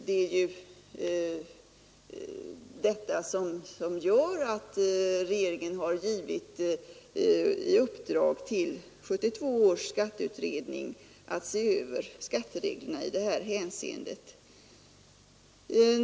Det är ju detta som gör att regeringen har givit i uppdrag till 1972 års skatteutredning att se över skattereglerna i det här hänseendet.